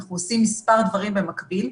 אנחנו עושים מספר דברים במקביל,